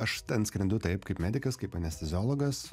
aš ten skrendu taip kaip medikas kaip anesteziologas